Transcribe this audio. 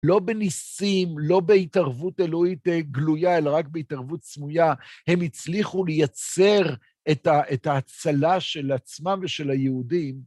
לא בניסים, לא בהתערבות אלוהית גלויה, אלא רק בהתערבות סמויה, הם הצליחו לייצר את ההצלה של עצמם ושל היהודים.